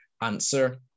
answer